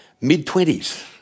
Mid-twenties